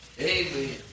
Amen